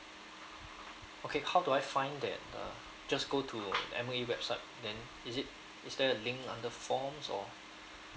okay how do I find that uh just go to M_O_E website then is it is there a link for the forms or